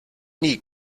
nie